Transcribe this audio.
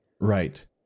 Right